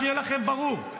שיהיה לכם ברור.